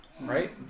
Right